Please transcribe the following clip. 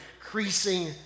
increasing